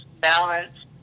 balance